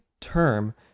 term